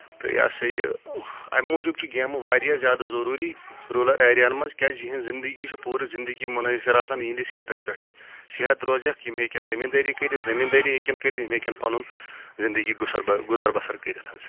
تہٕ یہِ ہسا یہِ اَمہِ موٗجوٗب چھِ گیمہٕ واریاہ زیادٕ ضروٗری روٗلر ایریاہن منٛز کیازِ یِہنٛز زندگی چھُ پوٗرٕ زندگی مُنٲثر آسان یِہنٛدِ صحتس پؠٹھٕے صحت روزؠکھ یِم ہیٚکن زٔمیٖندٲری کٔرِتھ زٔمیٖندٲری ہیٚکن کٔرِتھ یِم ہیٚکن پنُن زندگی گسر گُزر بسر کٔرِتھ حظ